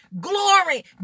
Glory